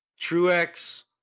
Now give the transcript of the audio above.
Truex